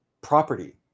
property